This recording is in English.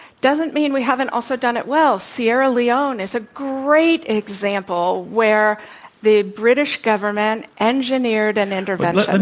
doesn't mean we haven't also done it well. sierra leone is a great example, where the british government engineered an intervention. and